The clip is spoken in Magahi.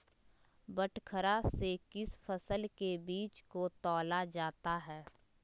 बटखरा से किस फसल के बीज को तौला जाता है?